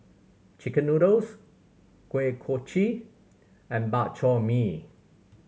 chicken noodles Kuih Kochi and Bak Chor Mee